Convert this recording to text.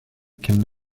qu’elles